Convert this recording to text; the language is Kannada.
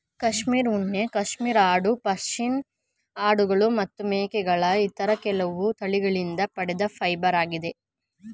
ಕ್ಯಾಶ್ಮೀರ್ ಉಣ್ಣೆ ಕ್ಯಾಶ್ಮೀರ್ ಆಡು ಪಶ್ಮಿನಾ ಆಡುಗಳು ಮತ್ತು ಮೇಕೆಗಳ ಇತರ ಕೆಲವು ತಳಿಗಳಿಂದ ಪಡೆದ ಫೈಬರಾಗಿದೆ